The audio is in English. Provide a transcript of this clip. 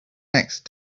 next